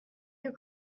you